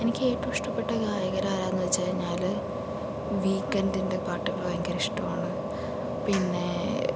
എനിക്ക് ഏറ്റവും ഇഷ്ടപ്പെട്ട ഗായകർ ആരാണെന്ന് വച്ചു കഴിഞ്ഞാൽ വീക്കെന്റിന്റെ പാട്ടുകൾ ഭയങ്കര ഇഷ്ടമാണ് പിന്നെ